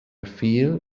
feel